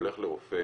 הולך לרופא